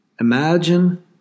Imagine